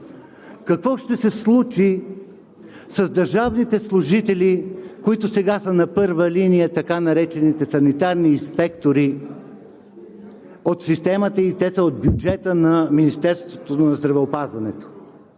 Какво ще се случи с държавните служители, които сега са на първа линия, така наречените санитарни инспектори от системата, и те са от бюджета на Министерството на здравеопазването?